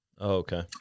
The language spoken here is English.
Okay